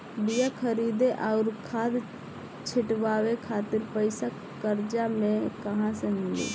बीया खरीदे आउर खाद छिटवावे खातिर पईसा कर्जा मे कहाँसे मिली?